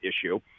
issue